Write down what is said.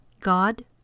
God